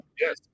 Yes